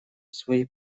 свои